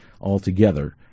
altogether